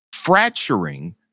fracturing